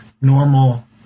normal